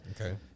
Okay